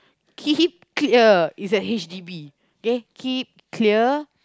keep clear is a H_D_B there keep clear